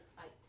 fight